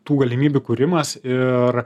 tų galimybių kūrimas ir